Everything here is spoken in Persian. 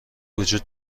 وجود